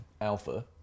alpha